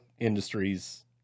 Industries